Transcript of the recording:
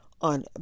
on